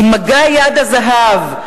עם מגע יד הזהב,